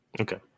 Okay